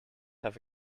have